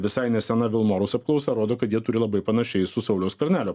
visai nesena vilmorus apklausa rodo kad jie turi labai panašiai su sauliaus skvernelio